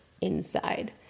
inside